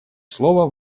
слово